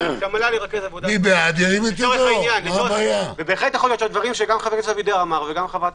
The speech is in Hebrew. ייתכן שהדברים שאמרו חברי